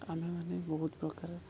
ଆମେମାନେ ବହୁତ ପ୍ରକାର